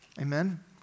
Amen